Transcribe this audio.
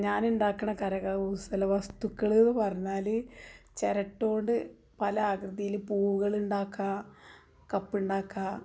ഞാൻ ഉണ്ടാക്കുന്ന കരകൗശല വസ്തുക്കളെന്ന് പറഞ്ഞാൽ ചിരട്ട കൊണ്ട് പല ആകൃതിയിൽ പൂവുകൾ ഉണ്ടാക്കുക കപ്പ് ഉണ്ടാക്കുക